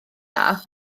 dda